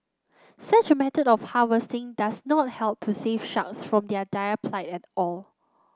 such a method of harvesting does not help to save sharks from their dire plight at all